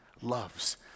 loves